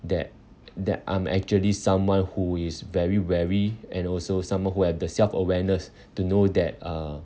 that that I'm actually someone who is very wary and also someone who have the self awareness to know that uh